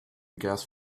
gas